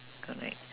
correct